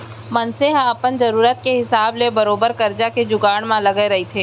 मनसे ह अपन जरुरत के हिसाब ले बरोबर करजा के जुगाड़ म लगे रहिथे